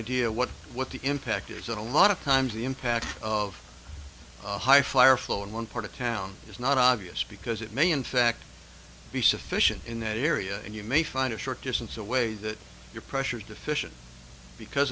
idea what what the impact is and a lot of times the impact of a high flyer flow in one part of town is not obvious because it may in fact be sufficient in that area and you may find a short distance away that your pressure is deficient because